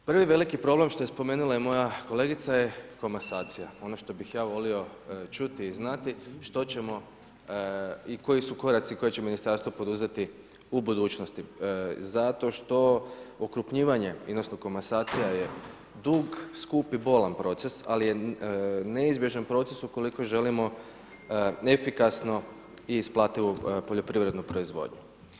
Prvi veliki problem što je spomenula i moja kolegica je komasacija, ono što bih ja volio čuti i znati što ćemo i koji su koraci koje će ministarstvo poduzeti u budućnosti zato što okrupnjivanje odnosno komasacija je dug, skup i bolan proces ali je neizbježan proces ukoliko želimo efikasnu i isplativu poljoprivrednu proizvodnju.